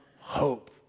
hope